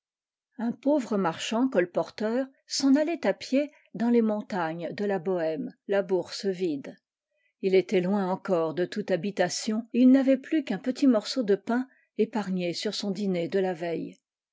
un pauvre marchand colporteur s'en allait à pied dans les montagnes de la bohême la bourse vide il était loin encore de toute habitation et il n'avait plus qu'un petit morceau de pain épargné sur son dîner de la veille